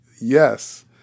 yes